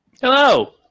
Hello